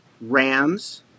Rams